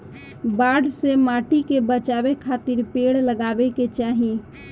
बाढ़ से माटी के बचावे खातिर पेड़ लगावे के चाही